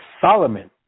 Solomon